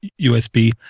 usb